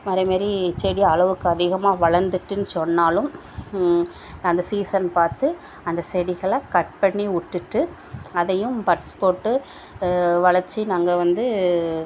அதேமாரி செடி அளவுக்கு அதிகமாக வளர்ந்துட்டுனு சொன்னாலும் அந்த சீசன் பார்த்து அந்த செடிகளை கட் பண்ணி விட்டுட்டு அதையும் பட்ஸ் போட்டு வளைச்சி நாங்கள் வந்து